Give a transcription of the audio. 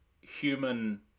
human